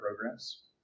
programs